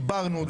דיברנו,